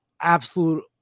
absolute